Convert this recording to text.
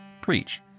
preach